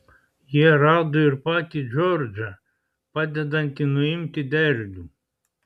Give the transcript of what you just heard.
jie rado ir patį džordžą padedantį nuimti derlių